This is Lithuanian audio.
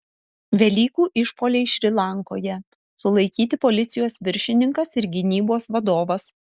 velykų išpuoliai šri lankoje sulaikyti policijos viršininkas ir gynybos vadovas